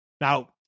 Now